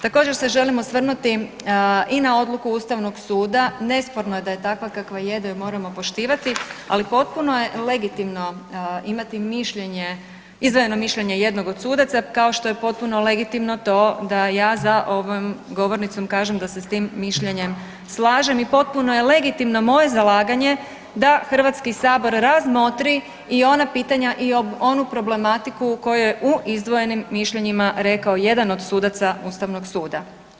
Također se želim osvrnuti i na odluku ustavnog suda, nesporno je da je takva kakva je, da ju moramo poštivati, ali potpuno je legitimno imati mišljenje, izdvojeno mišljenje jednog od sudaca kao što je potpuno legitimno to da ja za ovom govornicom kažem da se s tim mišljenjem slažem i potpuno je legitimno moje zalaganje da HS razmotri i ona pitanja i onu problematiku o kojoj je u izdvojenim mišljenjima rekao jedan od sudaca ustavnog suda.